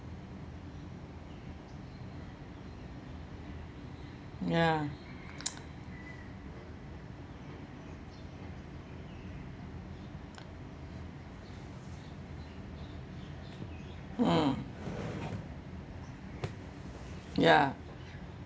ya mm ya